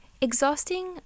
exhausting